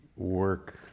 Work